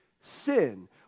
sin